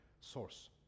source